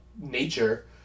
nature